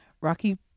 Rocky